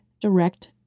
direct